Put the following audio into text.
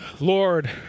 Lord